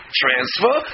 transfer